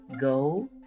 Go